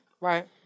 Right